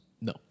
No